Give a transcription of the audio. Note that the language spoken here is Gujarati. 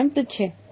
G છે